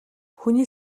хүний